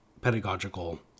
pedagogical